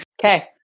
Okay